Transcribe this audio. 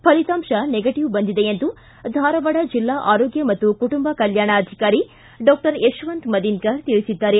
ಫಲಿತಾಂಶ ನೆಗಟಿವ್ ಬಂದಿದೆ ಎಂದು ಧಾರವಾಡ ಜಿಲ್ಲಾ ಆರೋಗ್ಗ ಮತ್ತು ಕುಟುಂಬ ಕಲ್ಚಾಣ ಅಧಿಕಾರಿ ಡಾಕ್ಟರ್ ಯಶವಂತ ಮದಿನಕರ್ ತಿಳಿಸಿದ್ದಾರೆ